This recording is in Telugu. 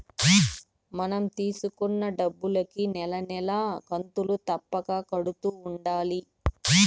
మనం తీసుకున్న డబ్బులుకి నెల నెలా కంతులు తప్పక కడుతూ ఉండాలి